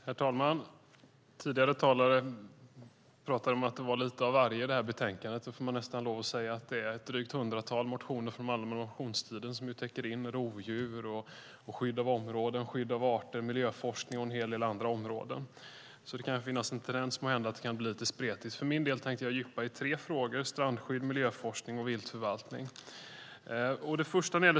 Herr talman! Tidigare talare talade om att detta betänkande innehåller lite av varje, och det får jag nog hålla med om. Det är ett drygt hundratal motioner från allmänna motionstiden som täcker in rovdjur, skydd av områden, skydd av arter, miljöforskning och en hel del andra områden. Det kan därför måhända finnas en tendens att det blir lite spretigt. Jag tänkte fördjupa mig i tre frågor, nämligen strandskydd, miljöforskning och viltförvaltning.